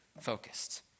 focused